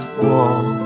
wall